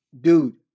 Dude